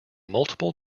multiple